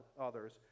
others